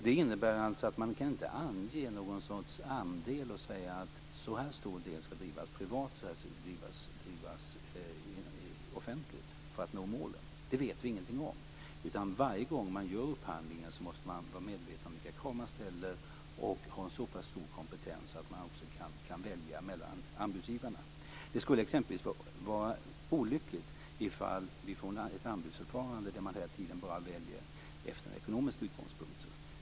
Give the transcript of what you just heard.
Det innebär att man inte kan ange någon sorts andel och säga att så här stor del skall drivas privat och så här stor del skall drivas offentligt för att nå målen. Det vet vi ingenting om. Varje gång man gör upphandlingen måste man vara medveten om vilka krav man ställer och ha en såpass stor kompetens att man också kan välja mellan anbudsgivarna. Det skulle exempelvis vara olyckligt ifall vi får ett anbudsförfarande där man hela tiden bara väljer efter ekonomiska utgångspunkter.